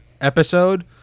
episode